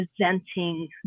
presenting